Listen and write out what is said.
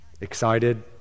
Excited